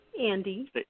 Andy